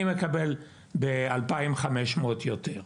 אני מקבל ב-2,500 ₪ יותר.